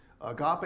Agape